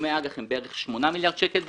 תשלומי האג"ח הם בערך שמונה מיליארד שקל.